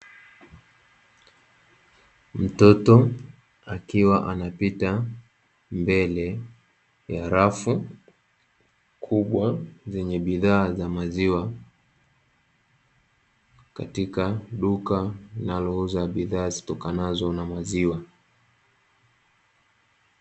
Mtoto akiwa anapita mbele ya rafu kubwa zenye bidhaa za maziwa katika duka linalouza bidhaa zitokanazo na maziwa.